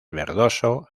verdoso